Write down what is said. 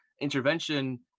intervention